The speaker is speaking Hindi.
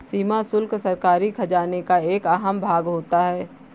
सीमा शुल्क सरकारी खजाने का एक अहम भाग होता है